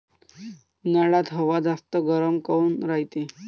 उन्हाळ्यात हवा जास्त गरम काऊन रायते?